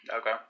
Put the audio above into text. Okay